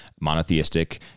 monotheistic